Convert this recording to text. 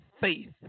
faith